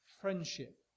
friendship